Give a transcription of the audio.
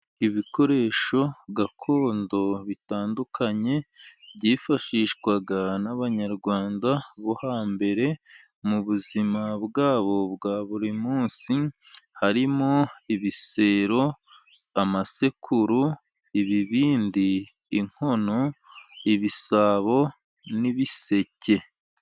Ibikoresho gakondo bitandukanye, byifashishwaga n'abanyarwanda bo hambere mu buzima bwabo bwa buri munsi. Harimo ibisero, amasekuru, ibibindi, inkono, ibisabo n'ibiseke.